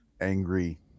angry